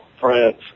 France